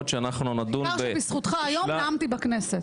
כשנדון --- העיקר שבזכותך היום נאמתי בכנסת.